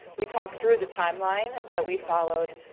we talked through the timeline that we followed.